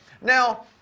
Now